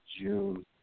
June